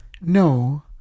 No